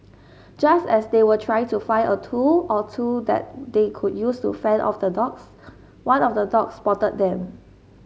just as they were trying to find a tool or two that they could use to fend off the dogs one of the dogs spotted them